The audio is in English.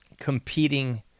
competing